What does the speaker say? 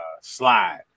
slide